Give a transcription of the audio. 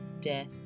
death